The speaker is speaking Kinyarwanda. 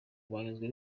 banyuzwe